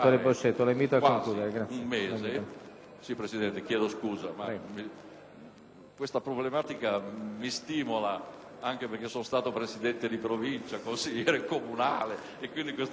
questa problematica mi stimola, anche perché sono stato presidente di Provincia, consigliere comunale, per cui ho vissuto queste problematiche settimana dopo settimana, mese dopo mese, anno dopo anno.